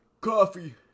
coffee